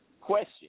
question